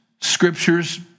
Scriptures